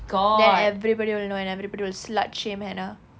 then everybody will know and everybody will slut shame hannah